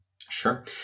Sure